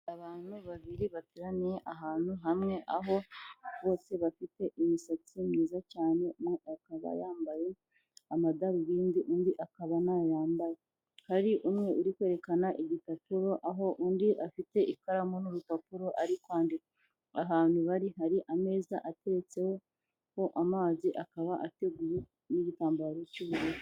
Abantu babiri bateraniye ahantu hamwe aho bose bafite imisatsi myiza cyane umwe akaba yambaye amadarubindi undi akaba ntayo yambaye. Hari umwe uri kwerekana igipapuro aho undi afite ikaramu n'urupapuro ari kwandika ahantu bari hari ameza ateretseho amazi akaba ateguye n'igitambaro cy'ubururu.